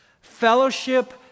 Fellowship